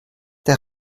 der